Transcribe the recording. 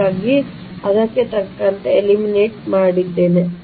ಹಾಗಾಗಿ ಅದಕ್ಕೆ ತಕ್ಕಂತೆ ಎಲಿಮಿನೇಟ್ ಮಾಡಿದ್ದೇನೆ